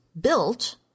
built